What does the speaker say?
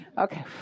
Okay